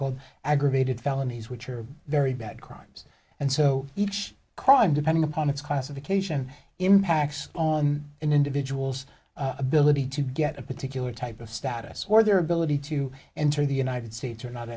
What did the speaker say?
called aggravated felonies which are very bad crimes and so each crime depending upon its classification impacts on an individual's ability to get a particular type of status or their ability to enter the united states or not